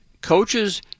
Coaches